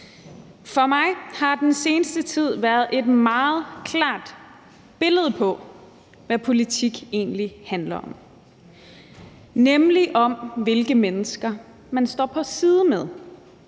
For mig har den seneste tid været et meget klart billede på, hvad politik egentlig handler om, nemlig om, hvilke mennesker man står ved siden